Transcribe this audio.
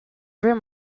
room